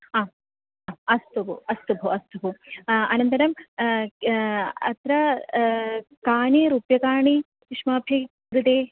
ह अस्तु भोः अस्तु भोः अस्तु भोः अनन्तरम् अत्र कानि रूप्यकाणि युष्माभिः गृदी